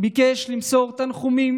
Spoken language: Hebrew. הוא ביקש למסור תנחומים